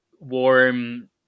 Warm